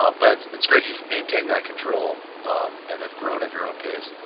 ah but it's it's great you've maintained that control um and have grown at your own pace.